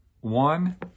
One